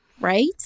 Right